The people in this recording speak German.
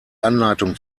anleitung